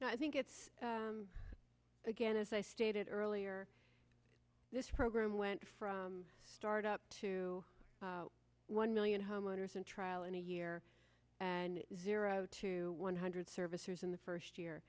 no i think it's again as i stated earlier this program went from start up to one million homeowners and trial in a year and zero to one hundred servicers in the first year